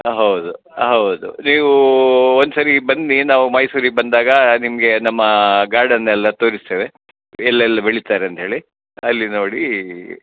ಹೌದು ಹೌದು ನೀವು ಒಂದು ಸರಿ ಬನ್ನಿ ನಾವು ಮೈಸೂರಿಗೆ ಬಂದಾಗ ನಿಮಗೆ ನಮ್ಮ ಗಾರ್ಡನೆಲ್ಲ ತೋರಿಸ್ತೇವೆ ಎಲ್ಲೆಲ್ಲಿ ಬೆಳಿತಾರೆ ಅಂದೇಳಿ ಅಲ್ಲಿ ನೋಡಿ